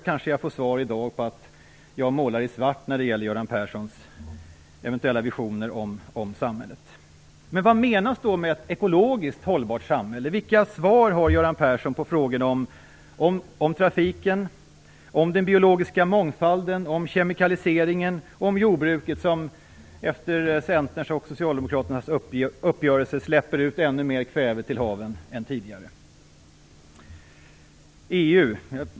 Kanske jag får svar i dag som säger att jag målar i svart när det gäller Göran Perssons eventuella visioner om samhället. Men vad menas med ett ekologiskt hållbart samhälle? Vilka svar har Göran Persson på frågorna om trafiken, om den biologiska mångfalden, om kemikaliseringen, om jordbruket, som efter Centerns och Socialdemokraternas uppgörelse släpper ut ännu mer kväve till haven än tidigare?